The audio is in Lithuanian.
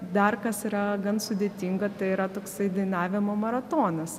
dar kas yra gan sudėtinga tai yra toksai dainavimo maratonas